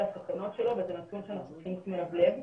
הסכנות שלו וזה נתון שאנחנו צריכים לשים אליו לב.